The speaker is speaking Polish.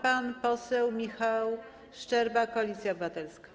Pan poseł Michał Szczerba, Koalicja Obywatelska.